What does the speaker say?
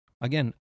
again